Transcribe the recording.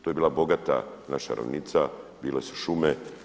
To je bila bogata naša ravnica, bile su šume.